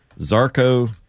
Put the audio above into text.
Zarco